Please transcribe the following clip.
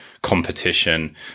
competition